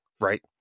right